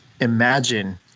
imagine